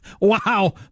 Wow